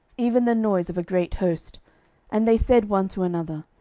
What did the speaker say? even the noise of a great host and they said one to another,